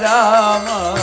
Rama